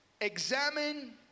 examine